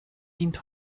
dient